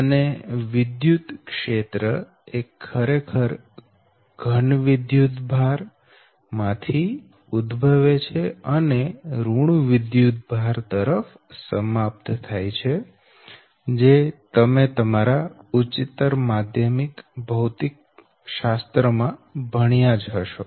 અને વિદ્યુત ક્ષેત્ર એ ખરેખર ઘન વિદ્યુતભાર માંથી ઉદભવે છે અને ઋણ વિદ્યુતભાર પર સમાપ્ત થાય છે જે તમે તમારા ઉચ્ચતર માધ્યમિક ભૌતિકશાસ્ત્ર માં ભણ્યા જ હશો